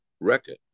record